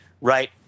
Right